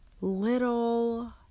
little